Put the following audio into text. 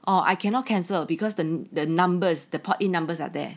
or I cannot cancel because the the numbers the port in numbers are there